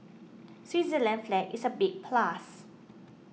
Switzerland's flag is a big plus